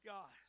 God